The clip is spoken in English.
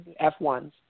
F1s